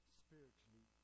spiritually